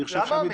למה?